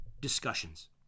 discussions